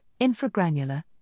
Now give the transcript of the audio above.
infragranular